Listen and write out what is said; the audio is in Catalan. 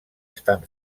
estan